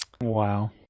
Wow